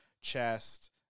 chest